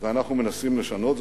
ואנחנו מנסים לשנות זאת.